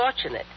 fortunate